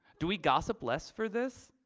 do we gossip less for this?